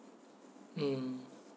mm